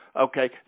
okay